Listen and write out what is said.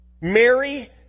Mary